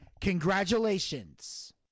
Congratulations